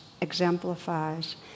exemplifies